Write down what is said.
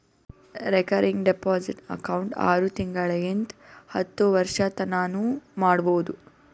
recurring deposit account ಆರು ತಿಂಗಳಿಂತ್ ಹತ್ತು ವರ್ಷತನಾನೂ ಮಾಡ್ಬೋದು